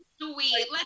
sweet